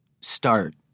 start